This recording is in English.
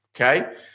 Okay